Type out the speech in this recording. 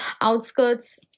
outskirts